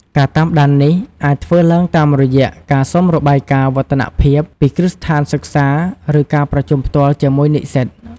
ការតាមដាននេះអាចធ្វើឡើងតាមរយៈការសុំរបាយការណ៍វឌ្ឍនភាពពីគ្រឹះស្ថានសិក្សា ឬការប្រជុំផ្ទាល់ជាមួយនិស្សិត។